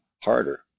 harder